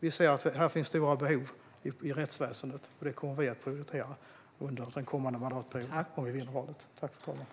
Vi ser att det finns stora behov i rättsväsendet, och det kommer vi att prioritera under den kommande mandatperioden om vi vinner valet.